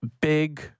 big